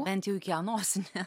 bent jau iki a nosinė